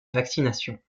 vaccinations